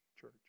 church